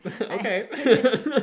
Okay